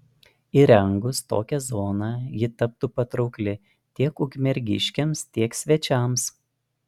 įrengus tokią zoną ji taptų patraukli tiek ukmergiškiams tiek svečiams